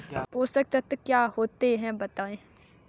पोषक तत्व क्या होते हैं बताएँ?